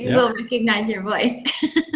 you know recognize your voice.